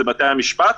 זה בתי המשפט.